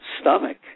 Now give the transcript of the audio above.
stomach